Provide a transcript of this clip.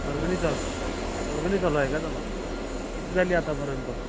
वर्गणीचा वर्गणी चालू आहे का जमा किती झाली आत्तापर्यंत